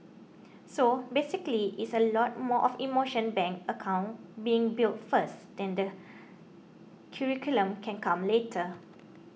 so basically is a lot more of emotional bank account being built first curriculum can come later